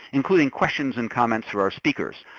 including questions and comments to our speakers.